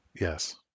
Yes